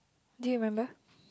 do you remember